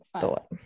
thought